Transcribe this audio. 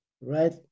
right